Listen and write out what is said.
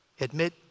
admit